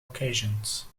occasions